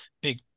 big